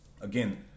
again